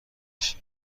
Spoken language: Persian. بکشی